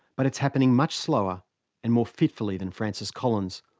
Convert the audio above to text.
but it's happening much slower and more fitfully than francis collins,